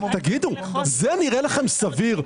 תגידו, זה נראה לכם סביר?